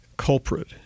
culprit